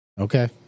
Okay